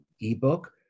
ebook